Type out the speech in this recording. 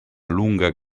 lunga